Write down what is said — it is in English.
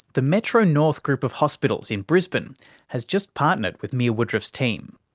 the metro north group of hospitals in brisbane has just partnered with mia woodruff's team.